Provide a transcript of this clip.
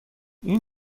این